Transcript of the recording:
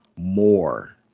more